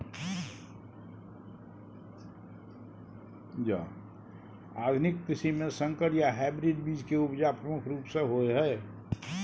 आधुनिक कृषि में संकर या हाइब्रिड बीज के उपजा प्रमुख रूप से होय हय